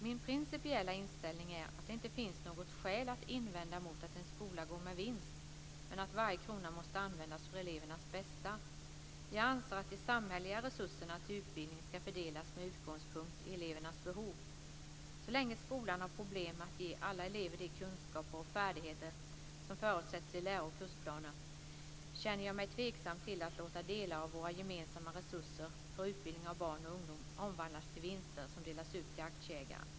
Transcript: Min principiella inställning är att det inte finns något skäl att invända mot att en skola går med vinst, men att varje krona måste användas för elevernas bästa. Jag anser att de samhälleliga resurserna till utbildning ska fördelas med utgångspunkt i elevernas behov. Så länge skolan har problem med att ge alla elever de kunskaper och färdigheter som förutsätts i läro och kursplaner känner jag mig tveksam till att låta delar av våra gemensamma resurser för utbildning av barn och ungdom omvandlas till vinster som delas ut till aktieägare.